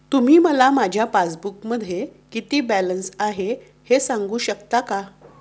तुम्ही मला माझ्या पासबूकमध्ये किती बॅलन्स आहे हे सांगू शकता का?